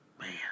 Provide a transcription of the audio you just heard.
Man